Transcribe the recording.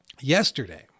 Yesterday